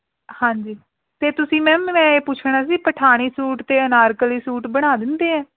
ਹਾਂਜੀ ਅਤੇ ਤੁਸੀਂ ਮੈਮ ਮੈਂ ਇਹ ਪੁੱਛਣਾ ਸੀ ਪਠਾਣੀ ਸੂਟ ਅਤੇ ਅਨਾਰਕਲੀ ਸੂਟ ਬਣਾ ਦਿੰਦੇ ਹੋ